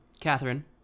Catherine